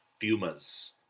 Fumas